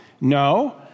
No